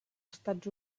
estats